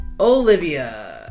Olivia